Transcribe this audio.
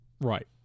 Right